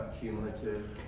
cumulative